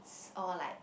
or like